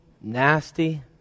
nasty